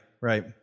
right